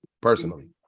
personally